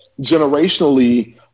generationally